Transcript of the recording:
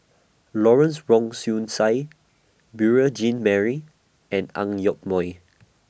Lawrence Wong Shyun Tsai Beurel Jean Marie and Ang Yoke Mooi